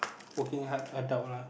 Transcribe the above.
working hard adult lah